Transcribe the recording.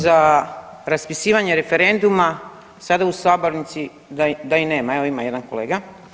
za raspisivanje referenduma sada u sabornici da i nema, evo ima jedan kolega.